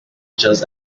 just